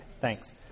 thanks